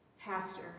pastor